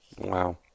Wow